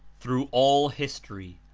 through all history,